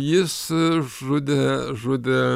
jis žudė žudė